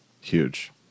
Huge